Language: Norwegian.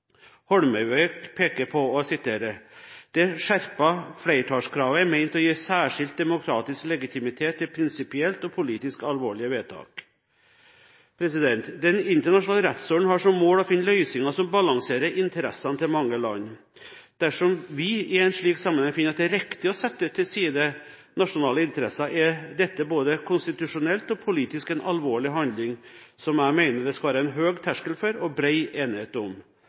peker på at: «Det skjerpa fleirtalskravet er meint å gi særskilt demokratisk legitimitet til prinsipielt og politisk alvorlege vedtak.» Den internasjonale rettsorden har som mål å finne løsninger som balanserer interessene til mange land. Dersom vi i en slik sammenheng finner at det er riktig å sette til side nasjonale interesser, er dette både konstitusjonelt og politisk en alvorlig handling som jeg mener at det skal være en høy terskel for og bred enighet om.